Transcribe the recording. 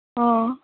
ꯑꯥ